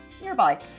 nearby